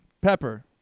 pepper